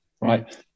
right